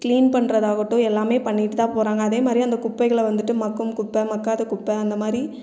clean பண்ணுறதாகட்டும் எல்லாமே பண்ணிவிட்டுதான் போகிறாங்க அதேமாதிரி அந்தக் குப்பைகளை வந்துட்டு மக்கும் குப்பை மக்காத குப்பை அந்தமாதிரி